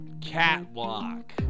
catwalk